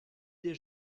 des